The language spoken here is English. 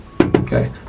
Okay